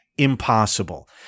Impossible